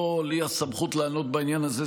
לא לי הסמכות לענות בעניין הזה,